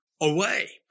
away